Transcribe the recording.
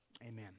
amen